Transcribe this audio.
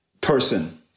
person